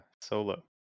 Solo